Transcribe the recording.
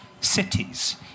cities